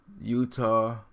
Utah